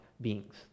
beings